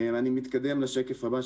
אני מתקדם לשקף הבא,